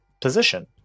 position